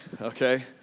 okay